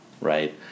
right